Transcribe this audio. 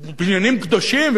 בבניינים קדושים,